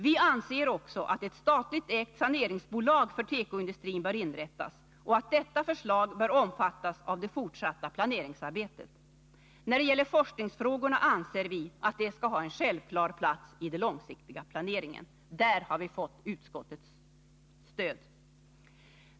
Vi anser också att ett statligt ägt saneringsbolag för tekoindustrin bör inrättas och att detta förslag bör omfattas av det fortsatta planeringsarbetet. När det gäller forskningsfrågorna anser vi att de skall ha en självklar plats i den långsiktiga planeringen. Där har vi fått utskottets stöd.